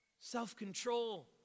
self-control